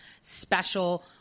special